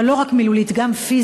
אבל לא רק מילולית, גם פיזית,